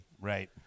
Right